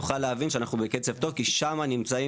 נוכל להבין שאנחנו בקצב טוב כי שם נמצאים